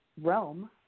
realm